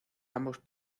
ambos